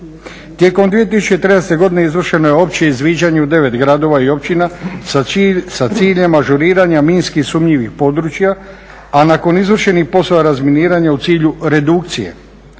Tijekom 2013.godine izvršeno je opće izviđanje u 9 gradova i općina sa ciljem ažuriranja minski sumnjivih područja, a nakon izvršenih poslova razminiranja u cilju redukcije.